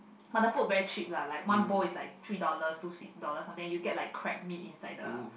but the food very cheap lah like one bowl is like three dollars two three dollars something like that you get like crab meat inside the